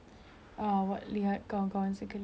awak rasa macam oh dia orang ada ni